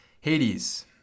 Hades